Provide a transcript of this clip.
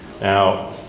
Now